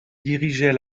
dirigeait